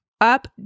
up